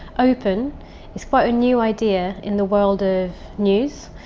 open is quite a new idea in the world of news,